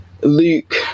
Luke